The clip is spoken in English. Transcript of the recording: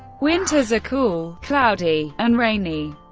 winters are cool, cloudy, and rainy.